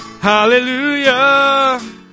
Hallelujah